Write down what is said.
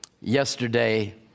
yesterday